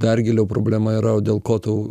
dar giliau problema yra o dėl ko tau